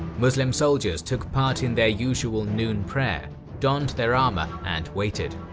muslim soldiers took part in their usual noon prayer, donned their armour and waited.